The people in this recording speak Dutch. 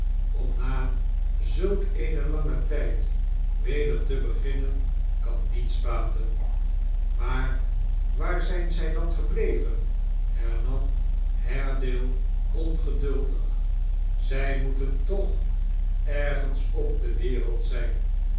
om na zulk een langen tijd weder te beginnen kan niets baten maar waar zijn zij dan gebleven hernam haredale ongeduldig zij moeten toch ergens op de wereld zijn